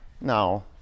No